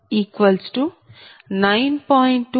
82 j0